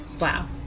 Wow